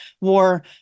war